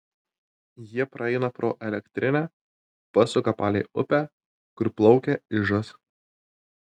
jie praeina pro elektrinę pasuka palei upę kur plaukia ižas